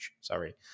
sorry